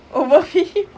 overfeed him